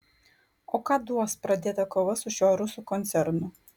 o ką duos pradėta kova su šiuo rusų koncernu